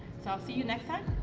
so i'll see you next time?